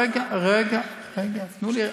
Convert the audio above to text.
רגע, רגע, רגע, תנו לי.